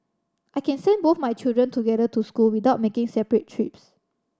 I can send both my children together to school without making separate trips